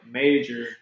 major